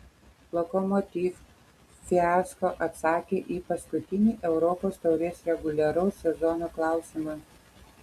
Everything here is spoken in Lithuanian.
lokomotiv fiasko atsakė į paskutinį europos taurės reguliaraus sezono klausimą